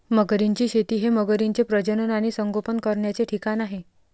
मगरींची शेती हे मगरींचे प्रजनन आणि संगोपन करण्याचे ठिकाण आहे